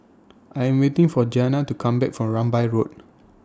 I Am waiting For Gianna to Come Back from Rambai Road